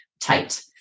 tight